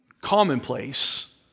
commonplace